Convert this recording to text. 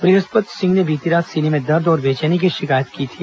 बृहस्पत सिंह ने बीती रात सीने में दर्द और बेचैनी की शिकायत की थी